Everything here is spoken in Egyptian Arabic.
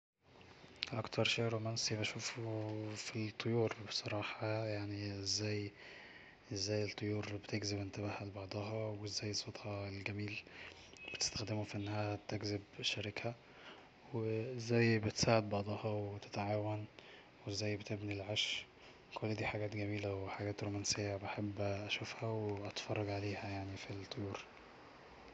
اكتر شيء رومانسي بشوفه في الطيور بصراحة يعني ازاي ازاي الطيور بتجذب انتباهها لبعضها وازاي صوتها الجميل بتستخدمه في أنها تجذب شريكها وازاي بتساعد بعضها وتتعاون وازاي بتبني العش كل دي حاجات جميلة وحجات رومانسية بحب اشوفها واتفرج عليها يعني في الطيور